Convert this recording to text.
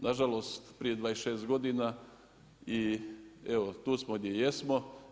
Nažalost prije 26 godina i evo tu smo gdje jesmo.